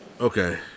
Okay